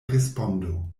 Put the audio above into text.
respondo